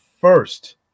first